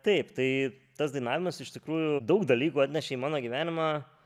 taip tai tas dainavimas iš tikrųjų daug dalykų atnešė į mano gyvenimą